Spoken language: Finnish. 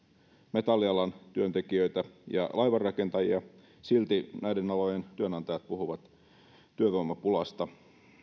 metallialan työntekijöitä ja laivanrakentajia silti näiden alojen työnantajat puhuvat työvoimapulasta